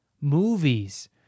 movies